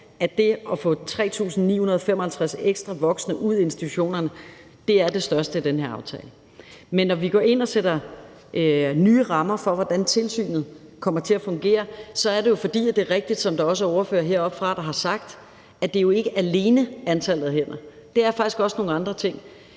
af det at få 3.955 ekstra voksne ud i institutionerne. Det er det største i den her aftale. Men når vi går ind og sætter nye rammer for, hvordan tilsynet kommer til at fungere, så er det jo, fordi det er rigtigt, som der også er ordførere, der har sagt heroppefra, nemlig at det jo ikke alene er antallet af hænder. Det er faktisk også nogle andre ting.